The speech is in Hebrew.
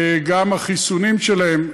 גם החיסונים שלהם,